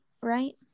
right